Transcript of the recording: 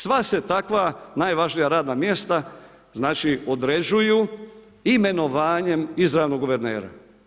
Sva se takva najvažnija radna mjesta određuju imenovanje izravno guvernera.